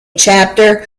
chapter